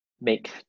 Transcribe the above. make